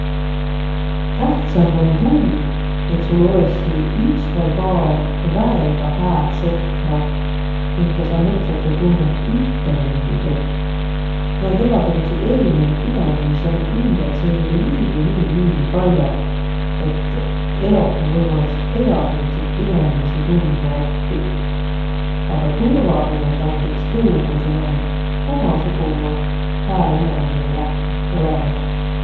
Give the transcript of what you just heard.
Tähtsämb om tuu, et sul olõssiq üts vai paar väega hääd sõpra, kinka sa mõtlõt ja tunnõt üttemuudu. Naid egäsugutsit erinevit inemiisi om ümbretsõõri niikuinii nii pall'o, et eloh um võimalik egäsugutsit inemiisi tundma oppiq. Aga turvatunnõt and iks tuu, ku sul om umasugunõ hää inemine lähküh olõmah.